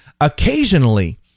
Occasionally